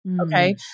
Okay